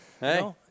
Hey